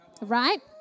Right